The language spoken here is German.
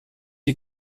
die